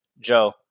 Joe